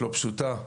לא פשוטה,